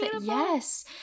yes